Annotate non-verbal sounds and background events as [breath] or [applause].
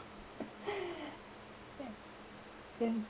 [laughs] [breath] yeah then